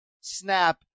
snap